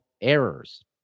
errors